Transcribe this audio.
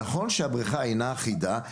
נכון שהבריכה אינה אחידה.